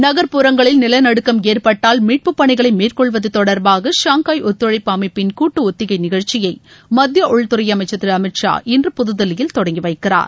நகர்ப்புறங்களில் நிலநடுக்கம் ஏற்பட்டால் மீட்பு பணிகளை மேற்கொள்வது தொடர்பாக ஷாங்காய் ஒத்துழைப்பு அமைப்பின் கூட்டு ஒத்திகை நிகழ்ச்சியை மத்திய உள்துறை அமைச்சர் திரு அமித் ஷா இன்ற புதுதில்லியில் தொடங்கி வைக்கிறார்